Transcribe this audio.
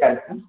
तारिख तक